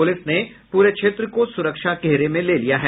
police ने पूरे क्षेत्र को सुरक्षा के घेरे में ले लिया है